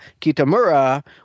Kitamura